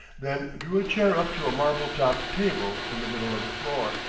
then drew a chair up to a marble-topped table in the middle of the floor.